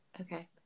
okay